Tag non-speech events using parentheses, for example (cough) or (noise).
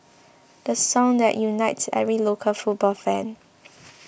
the song that unites every local football fan (noise)